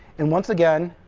and once again,